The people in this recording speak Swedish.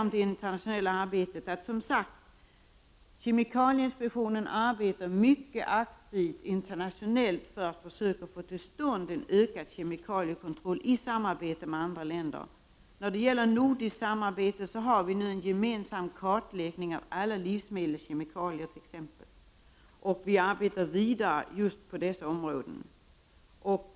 Om det internationella arbetet vill jag till sist säga att kemikalieinspektionen arbetar mycket aktivt internationellt för att försöka få till stånd en ökad kemikaliekontroll i samarbete med andra länder. När det gäller nordiskt samarbete görs det nu en gemensam kartläggning av t.ex. alla livsmedelskemikalier, och vi arbetar vidare på dessa områden.